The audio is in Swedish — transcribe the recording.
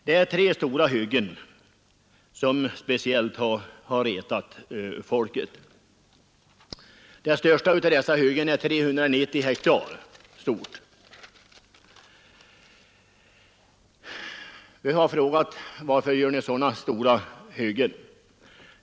Det är tre stora hyggen som speciellt har retat folk, och det största av dessa hyggen är på 390 hektar. Vi har frågat bolagen: Varför gör ni sådana stora hyggen?